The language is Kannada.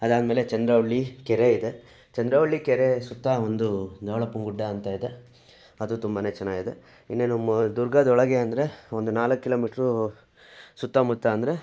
ಅದಾದಮೇಲೆ ಚಂದ್ರವಳ್ಳಿ ಕೆರೆ ಇದೆ ಚಂದ್ರವಳ್ಳಿ ಕೆರೆಯ ಸುತ್ತ ಒಂದು ನವಳಪ್ಪನ ಗುಡ್ಡ ಅಂತ ಇದೆ ಅದು ತುಂಬನೆ ಚೆನ್ನಾಗಿದೆ ಇನ್ನೇನು ಮ ದುರ್ಗದ ಒಳಗೆ ಅಂದರೆ ಒಂದು ನಾಲ್ಕು ಕಿಲೋ ಮೀಟ್ರೂ ಸುತ್ತಮುತ್ತ ಅಂದರೆ